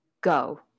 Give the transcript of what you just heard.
go